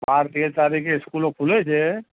બાર તેર તારીખે સ્કૂલો ખૂલે છે